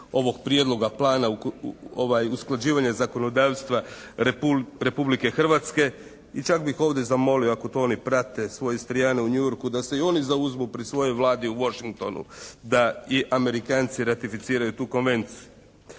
ovog Prijedloga plana usklađivanja zakonodavstva Republike Hrvatske i čak bih ovdje zamolio ako to oni prate svoje Istrijane u New Yorku da se i oni zauzmu pri svojoj Vladi u Washingtonu da i Amerikanci ratificiraju tu konvenciju.